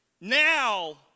Now